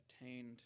attained